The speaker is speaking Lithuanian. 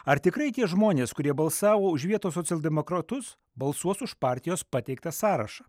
ar tikrai tie žmonės kurie balsavo už vietos socialdemokratus balsuos už partijos pateiktą sąrašą